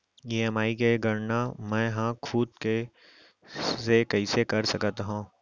EMI के गड़ना मैं हा खुद से कइसे कर सकत हव?